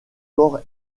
corps